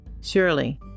Surely